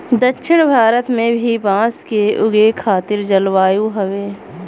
दक्षिण भारत में भी बांस के उगे खातिर जलवायु हउवे